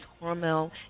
Hormel